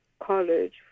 College